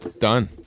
Done